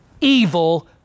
evil